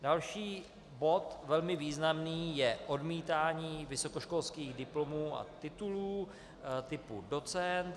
Další bod, velmi významný, je odmítání vysokoškolských diplomů a titulů typu docent.